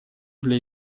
для